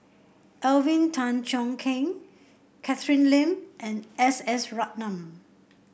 Alvin Tan Cheong Kheng Catherine Lim and S S Ratnam